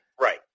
Right